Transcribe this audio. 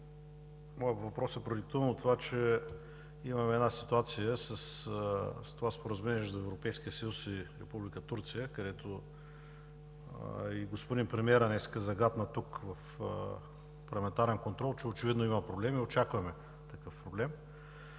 моят въпрос е продиктуван от това, че имаме една ситуация с това Споразумение между Европейския съюз и Република Турция, като днес и господин премиерът загатна в парламентарния контрол, че очевидно има проблеми. Очакваме такъв проблем.